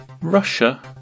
Russia